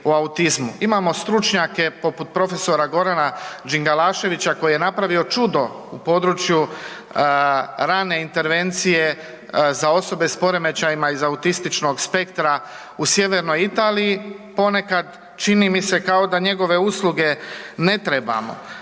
Imamo stručnjake poput prof. Gorana Đingalaševića koji je napravio čudo u području rane intervencije za osobe s poremećajima iz autističnog spektra u sjevernoj Italiji, ponekad čini mi se kao da njegove usluge ne trebamo.